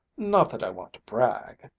not that i want to brag.